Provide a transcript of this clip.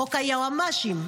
חוק היועמ"שים,